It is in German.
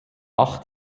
acht